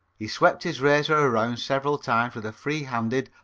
he swept his razor around several times with a free-handed,